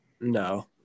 No